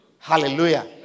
Hallelujah